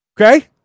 Okay